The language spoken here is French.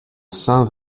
cent